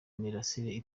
mirasire